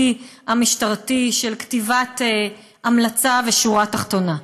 המשטרתי של כתיבת המלצה ושורה תחתונה.